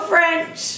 French